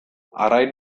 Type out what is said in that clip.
arrain